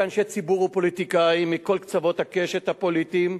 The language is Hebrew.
כאנשי ציבור ופוליטיקאים מכל קצוות הקשת הפוליטית,